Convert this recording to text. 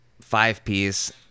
five-piece